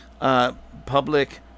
Public